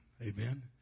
Amen